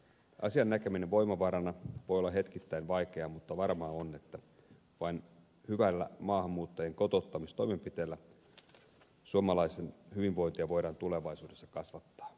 asian näkeminen voimavarana voi olla hetkittäin vaikeaa mutta varmaa on että vain hyvillä maahanmuuttajien kotouttamistoimenpiteillä suomalaisten hyvinvointia voidaan tulevaisuudessa kasvattaa